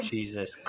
Jesus